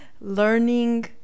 learning